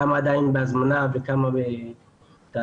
כמה עדיין בהזמנה וכמה בתהליך.